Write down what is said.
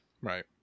Right